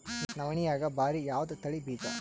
ನವಣಿಯಾಗ ಭಾರಿ ಯಾವದ ತಳಿ ಬೀಜ?